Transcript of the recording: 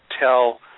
tell